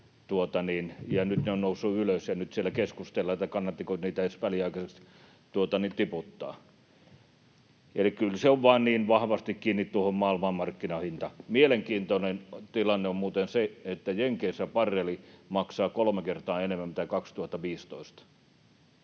nyt ne ovat nousseet ylös, ja nyt siellä keskustellaan, kannattiko niitä edes väliaikaisesti tiputtaa. Eli kyllä se on vain niin vahvasti kiinni maailmanmarkkinahinnasta. Mielenkiintoinen tilanne on muuten se, että Jenkeissä barreli maksaa kolme kertaa enemmän kuin 2015.